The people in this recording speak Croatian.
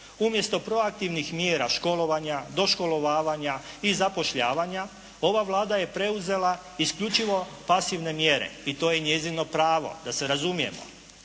Umjesto proaktivnih mjera školovanja, doškolovavanja i zapošljavanja, ova Vlada je preuzela isključivo pasivne mjere i to je njezino pravo, da se razumijemo.